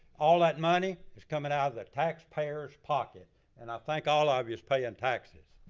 all that money is coming out of the taxpayer's pocket and i think all ah of you is paying taxes.